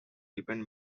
depend